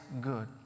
good